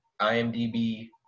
IMDb